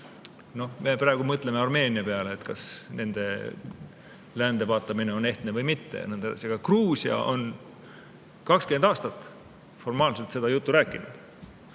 Me praegu mõtleme Armeenia peale, sellele, kas nende läände vaatamine on ehtne või mitte. Aga Gruusia on 20 aastat formaalselt seda juttu rääkinud,